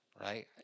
right